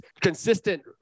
consistent